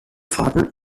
fasten